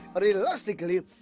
realistically